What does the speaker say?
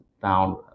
found